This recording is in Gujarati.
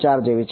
4 જેવી છે